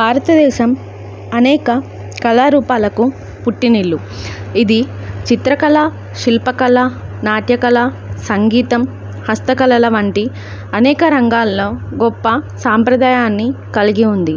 భారతదేశం అనేక కళారూపాలకు పుట్టినిల్లు ఇది చిత్రకళ శిల్పకళ నాట్యకళ సంగీతం హస్తకళల వంటి అనేక రంగాల్లో గొప్ప సాంప్రదాయాన్ని కలిగి ఉంది